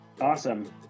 Awesome